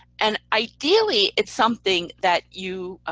and ideally, it's something that you, ah